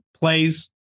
plays